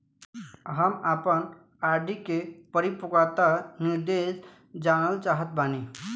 हम आपन आर.डी के परिपक्वता निर्देश जानल चाहत बानी